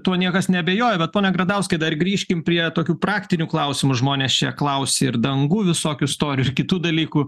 tuo niekas neabejoja bet pone gradauskai dar grįžkim prie tokių praktinių klausimų žmonės čia klausė ir dangų visokių storių ir kitų dalykų